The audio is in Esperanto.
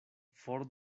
for